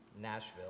Nashville